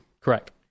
Correct